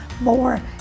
more